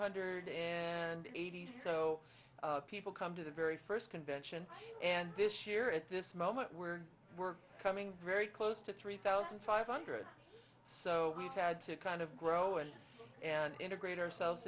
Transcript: hundred and eighty people come to the very first convention and this year at this moment where we're coming very close to three thousand five hundred so we've had to kind of grow and and integrate ourselves